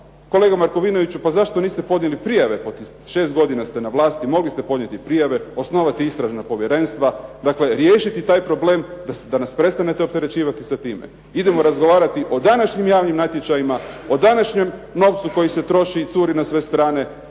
kolega Markovinoviću zašto niste podnijeli prijave, 6 godina ste na vlasti, mogli ste podnijeti prijave, osnovati istražna povjerenstva, riješiti taj problem, da nas prestanete opterećivati sa time. Idemo razgovarati o današnjim javnim natječajima, o današnjem novcu koji curi na sve strane,